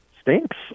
stinks